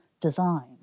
design